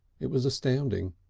it was astounding.